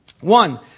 One